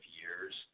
years